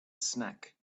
snack